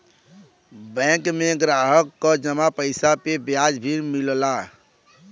bank में ग्राहक क जमा पइसा पे ब्याज भी मिलला